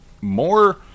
more